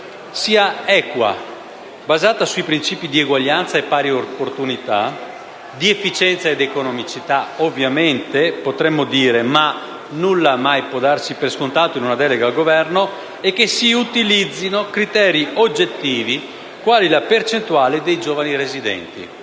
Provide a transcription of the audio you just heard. sia equa e basata sui «principi di eguaglianza, pari opportunità, efficienza ed economicità» - potremmo considerarlo ovvio, ma nulla può darsi per scontato in una delega al Governo - e si utilizzino «criteri oggettivi, quali la percentuale di giovani residenti».